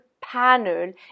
panel